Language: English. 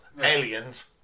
Aliens